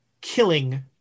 killing